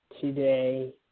today